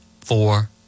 four